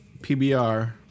PBR